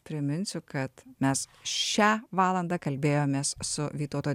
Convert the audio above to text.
priminsiu kad mes šią valandą kalbėjomės su vytauto